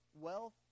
Wealth